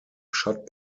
shot